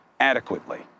adequately